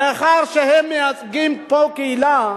מאחר שהם מייצגים פה קהילה,